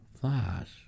Flash